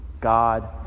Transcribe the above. God